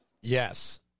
Yes